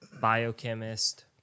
biochemist